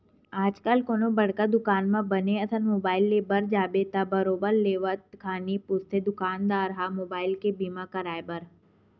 आजकल तो कोनो बड़का दुकान म बने असन मुबाइल ले बर जाबे त बरोबर लेवत खानी पूछथे दुकानदार ह मुबाइल के बीमा कराय बर